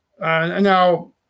Now